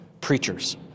preachers